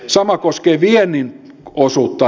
sama koskee viennin osuutta